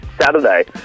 Saturday